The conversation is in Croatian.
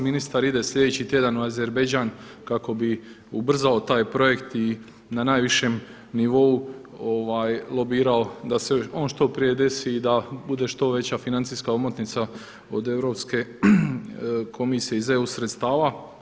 Ministar ide sljedeći tjedan u Azerbajdžan kako bi ubrzao taj projekt i na najvišem nivou lobirao da se on što prije desi i da bude što veća financijska omotnica od Europske komisije iz EU sredstava.